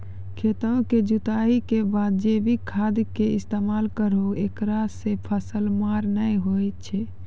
खेतों के जुताई के साथ जैविक खाद के इस्तेमाल करहो ऐकरा से फसल मार नैय होय छै?